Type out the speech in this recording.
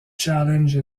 challenge